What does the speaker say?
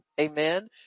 Amen